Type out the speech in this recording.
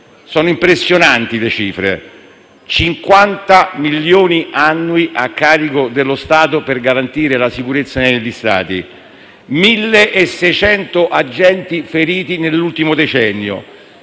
sono impressionanti: 50 milioni di euro annui a carico dello Stato per garantire la sicurezza negli stadi; 1.600 agenti feriti nell'ultimo decennio;